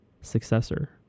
successor